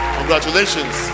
Congratulations